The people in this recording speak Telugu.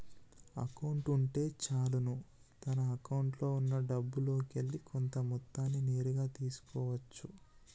అకౌంట్ ఉంటే చాలును తన అకౌంట్లో ఉన్నా డబ్బుల్లోకెల్లి కొంత మొత్తాన్ని నేరుగా తీసుకో అచ్చు